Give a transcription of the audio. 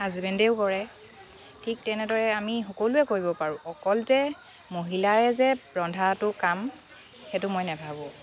হাজবেণ্ডেও কৰে ঠিক তেনেদৰে আমি সকলোৱে কৰিব পাৰোঁ অকল যে মহিলাৰে যে ৰন্ধাটো কাম সেইটো মই নেভাবোঁ